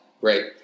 Great